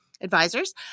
Advisors